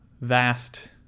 vast